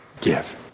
give